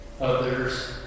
Others